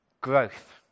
growth